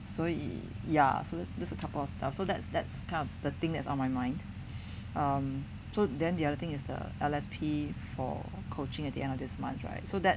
所以 ya so that's just a couple of stuff so that's that's the thing that's on my mind um so then the other thing is the L_S_P for coaching at the end of this month right so that